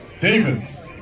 Davis